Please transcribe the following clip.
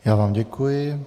Já vám děkuji.